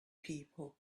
people